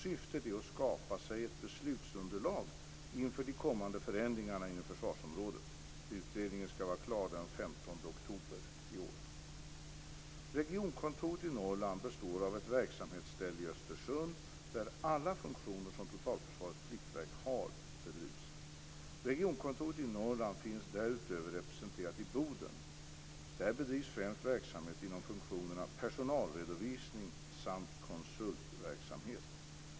Syftet är att skapa sig ett beslutsunderlag inför de kommande förändringarna inom försvarsområdet. Utredningen ska vara klar den Regionkontoret i Norrland består av ett verksamhetsställe i Östersund där alla funktioner som Totalförsvarets pliktverk har bedrivs. Regionkontoret i Norrland finns därutöver representerat i Boden. Där bedrivs främst verksamhet inom funktionerna Personalredovisning samt Konsultverksamhet.